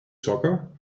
soccer